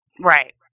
Right